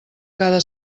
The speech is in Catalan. cada